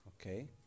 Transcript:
Okay